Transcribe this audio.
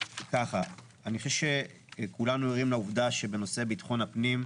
אני חושב שכולנו ערים לעובדה שבנושא ביטחון הפנים,